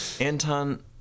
Anton